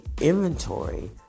inventory